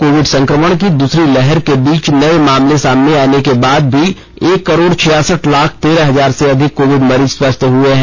Covid संक्रमण की दूसरी लहर के बीच नए मामले सामने आने के बाद भी एक करोड़ छियासठ लाख तेरह हजार से अधिक कोविड मरीज स्वस्थ हो गए हैं